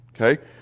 Okay